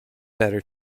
better